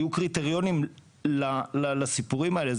יהיו קריטריונים לסיפורים האלה.